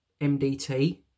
MDT